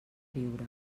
viure